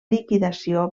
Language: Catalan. liquidació